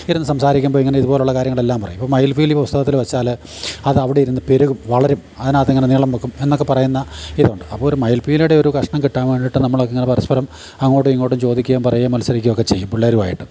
ഇരുന്ന് സംസാരിക്കുമ്പം ഇങ്ങനെ ഇതുപോലുള്ള കാര്യങ്ങളെല്ലാം പറയും ഇപ്പം മയിൽപീലി പുസ്തകത്തിൽ വെച്ചാൽ അത് അവിടെ ഇരുന്ന് പെരുകും വളരും അങ്ങനെ അതിങ്ങനെ നീളം വെക്കും എന്നൊക്കെ പറയുന്ന ഇതുണ്ട് അപ്പോൾ ഒരു മയിൽപീലിയുടെ ഒരു കഷ്ണം കിട്ടാൻ വേണ്ടിയിട്ട് നമ്മളൊക്കെ ഇങ്ങനെ പരസ്പരം അങ്ങോട്ടും ഇങ്ങോട്ടും ചോദിക്കുകയും പറയുകയും മത്സരിക്കുകയും ഒക്കെ ചെയ്യും പിള്ളേരുമായിട്ട്